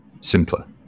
simpler